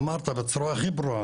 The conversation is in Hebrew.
אמרת בצורה הכי ברורה,